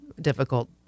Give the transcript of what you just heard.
difficult